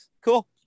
Cool